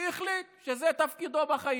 שהחליט שזה תפקידו בחיים: